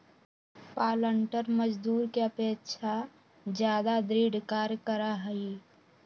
पालंटर मजदूर के अपेक्षा ज्यादा दृढ़ कार्य करा हई